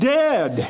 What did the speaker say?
dead